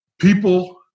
People